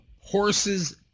horses